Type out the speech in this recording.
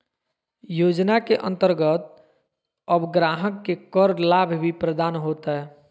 योजना के अंतर्गत अब ग्राहक के कर लाभ भी प्रदान होतय